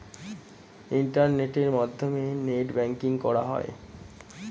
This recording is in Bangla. ইন্টারনেটের মাধ্যমে নেট ব্যাঙ্কিং করা হয়